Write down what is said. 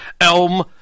Elm